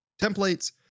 templates